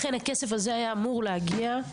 לכן הכסף הזה היה אמור להגיע.